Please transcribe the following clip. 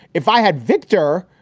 if i had victor,